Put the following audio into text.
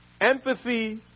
Empathy